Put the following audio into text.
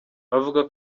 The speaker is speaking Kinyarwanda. avuga